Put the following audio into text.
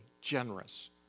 generous